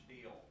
deal